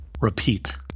repeat